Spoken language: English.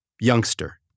Youngster